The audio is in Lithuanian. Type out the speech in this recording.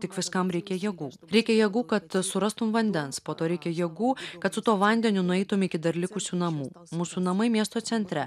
tik viskam reikia jėgų reikia jėgų kad surastum vandens po to reikia jėgų kad su tuo vandeniu nueitum iki dar likusių namų mūsų namai miesto centre